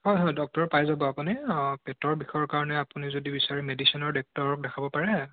হয় হয় ডক্টৰ পাই যাব আপুনি পেটৰ বিষৰ কাৰণে আপুনি যদি বিচাৰে মেডিচিনৰ ডক্টৰক দেখাব পাৰে